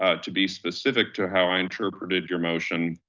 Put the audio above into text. ah to be specific to how i interpreted your motion.